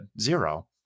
zero